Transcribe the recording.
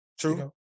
True